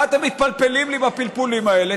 מה אתם מתפלפלים לי עם הפלפולים האלה?